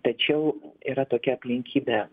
tačiau yra tokia aplinkybė